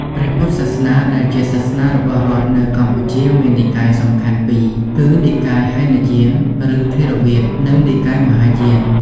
ព្រះពុទ្ធសាសនា ដែលជាសាសនារបស់រដ្ឋនៅកម្ពុជា មាននិកាយសំខាន់ពីរគឺ និកាយហីនយាន (ឬថេរវាទ) និង និកាយមហាយាន។